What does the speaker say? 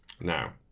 now